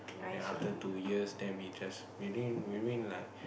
ya after two years then we just we win we win like